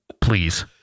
please